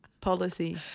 policy